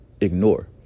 ignore